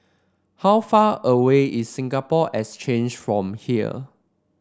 how far away is Singapore Exchange from here